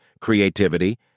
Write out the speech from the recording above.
creativity